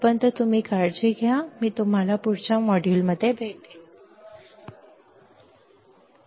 तोपर्यंत तुम्ही काळजी घ्या मी तुम्हाला पुढील मॉड्यूल भेटेन बाय